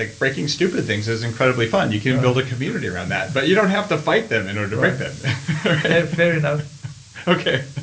like breaking stupid things is incredibly fun, you can build a community around that. but you don't have to fight them in order to break them fair enough okay,